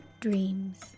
dreams